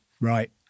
Right